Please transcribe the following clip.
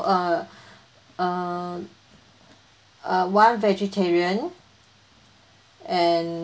uh uh uh one vegetarian and